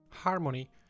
harmony